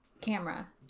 camera